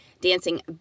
Dancing